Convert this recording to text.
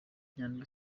nyandwi